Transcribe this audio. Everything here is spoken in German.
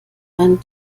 einen